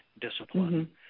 discipline